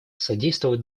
содействовал